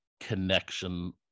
connection